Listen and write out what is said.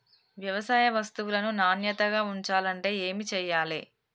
వ్యవసాయ వస్తువులను నాణ్యతగా ఉంచాలంటే ఏమి చెయ్యాలే?